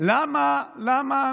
למה ליהודי אין?